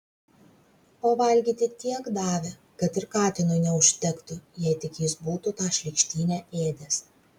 o valgyti tiek davė kad ir katinui neužtektų jei tik jis būtų tą šlykštynę ėdęs